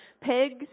Pigs